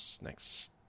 next